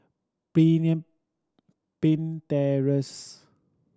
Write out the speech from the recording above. Pemimpin Terrace